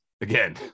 Again